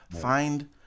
Find